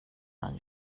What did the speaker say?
han